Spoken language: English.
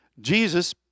Jesus